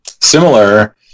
Similar